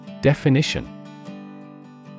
Definition